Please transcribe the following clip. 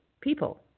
people